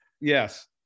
Yes